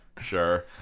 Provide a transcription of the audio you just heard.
sure